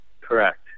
Correct